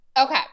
Okay